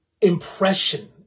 impression